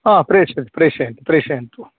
हा प्रेषयन्तु प्रेषयन्तु प्रेषयन्तु